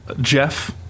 Jeff